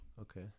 okay